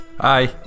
Hi